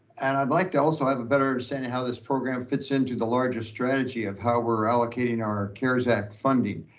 and i'd like to also have a better understanding of how this program fits into the larger strategy of how we're allocating our cares act funding,